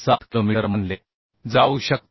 7 kilometre मानले जाऊ शकते